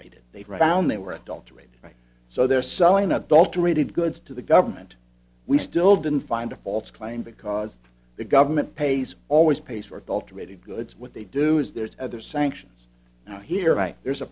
d they found they were adulterated so they're selling adulterated goods to the government we still didn't find a false claim because the government pays always pays for adulterated goods what they do is there's other sanctions now here right there's a